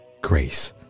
grace